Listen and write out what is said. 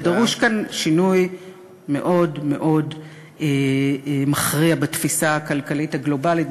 דרוש כאן שינוי מאוד מאוד מכריע בתפיסה הכלכלית הגלובלית.